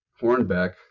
Hornbeck